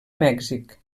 mèxic